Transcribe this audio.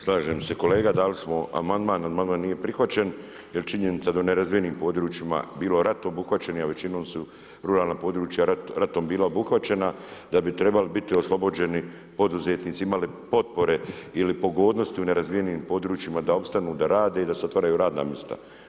Slažem se kolega, dali smo amandman, amandman nije prihvaćen jer činjenica da u nerazvijenim područjima bilo ratom obuhvaćeni a većinom su ruralna područja ratom bila obuhvaćena, da bi trebali biti oslobođeni poduzetnici imali potpore ili pogodnosti u nerazvijenim područjima, da opstanu, da rade i da se otvaraju radna mista.